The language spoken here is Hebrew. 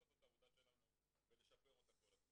לעשות את העבודה שלנו ולשפר אותה כל הזמן.